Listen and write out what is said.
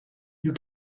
you